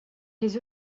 les